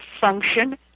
function